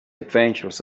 adventures